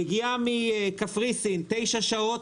מגיעה מקפריסין, תשע שעות,